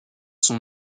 son